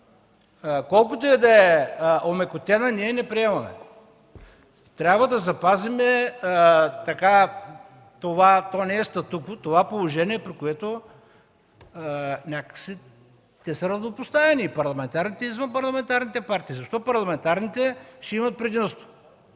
колкото и да е омекотена, не я приемаме. Трябва да запазим това положение, при което те са равнопоставени – и парламентарните, и извънпарламентарните партии. Защо парламентарните ще имат предимство?